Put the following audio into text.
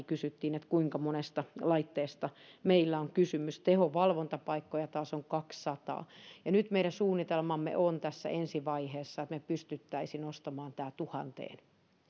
kysyttiin kuinka monesta laitteesta meillä on kysymys tehovalvontapaikkoja taas on kaksisataa nyt meidän suunnitelmamme on tässä ensi vaiheessa että me pystyisimme nostamaan tämän tuhanteen